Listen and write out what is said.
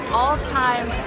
all-time